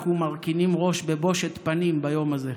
אנחנו מרכינים ראש בבושת פנים ביום הזה.